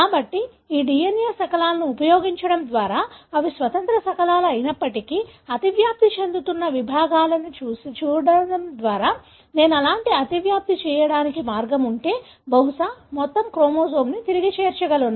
కాబట్టి ఈ DNA శకలాలు ఉపయోగించడం ద్వారా అవి స్వతంత్ర శకలాలు అయినప్పటికీ అతివ్యాప్తి చెందుతున్న విభాగాలను చూడటం ద్వారా నేను అలాంటి అతివ్యాప్తి చేయడానికి మార్గం ఉంటే బహుశా మొత్తం క్రోమోజోమ్ని తిరిగి చేర్చగలను